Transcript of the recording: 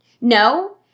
No